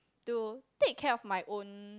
to take care of my own